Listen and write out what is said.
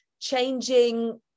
changing